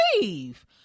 leave